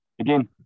again